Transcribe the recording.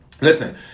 Listen